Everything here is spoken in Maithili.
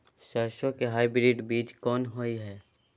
सरसो के हाइब्रिड बीज कोन होय है?